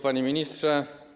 Panie Ministrze!